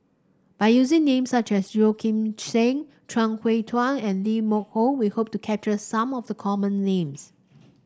by using names such as Yeo Kim Seng Chuang Hui Tsuan and Lee Hock Moh we hope to capture some of the common names